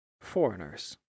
foreigners